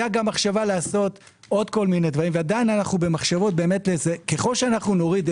הייתה מחשבה לעשות עוד דברים ועדיין אנו במחשבות ככל שנוריד,